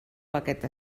aquest